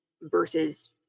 versus